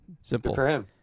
Simple